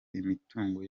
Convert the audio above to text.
imitungo